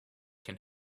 can